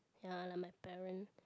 ya like my parent